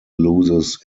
loses